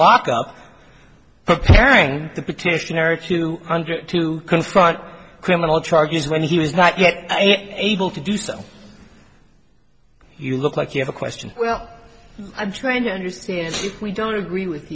lockup preparing the petitioner two hundred to confront criminal charges when he was not yet able to do so you look like you have a question well i'm trying to understand if we don't agree with